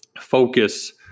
focus